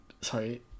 sorry